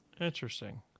Interesting